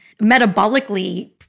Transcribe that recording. metabolically